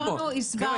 אנחנו הסברנו --- תראה,